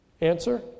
Answer